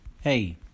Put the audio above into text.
hey